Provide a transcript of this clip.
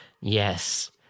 Yes